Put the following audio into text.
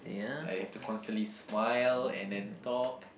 like I have to constantly smile and then talk